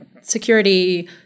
security